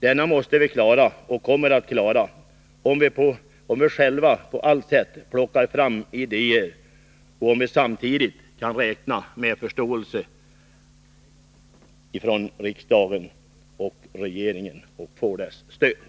Denna måste vi klara, och kommer också att klara den, om vi själva på alla sätt plockar fram idéer, och om vi samtidigt kan räkna med förståelse och stöd från riksdagens och regeringens sida.